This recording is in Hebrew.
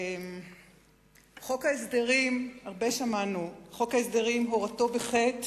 חברי הכנסת, חוק ההסדרים, הרבה שמענו, הורתו בחטא